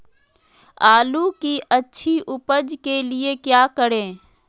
आलू की अच्छी उपज के लिए क्या करें?